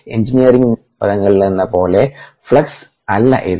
engineering പദങ്ങളിലെന്നപോലെയുള്ള flux അല്ല ഇത്